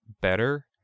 better